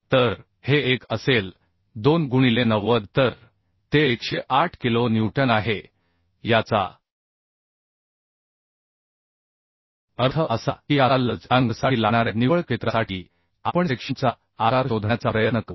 तर हे 1 असेल 2 गुणिले 90 तर ते 108 किलो न्यूटन आहे याचा अर्थ असा की आता लज अँगलसाठी लागणाऱ्या निव्वळ क्षेत्रासाठी आपण सेक्शनचा आकार शोधण्याचा प्रयत्न करू